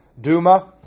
Duma